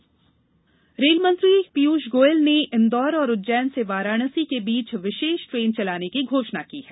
rail मंत्री रेलमंत्री पीयूष गोयल ने इंदौर और उज्जैन से वाराणसी के बीच विषेष ट्रेन चलाने की घोषणा की है